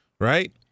Right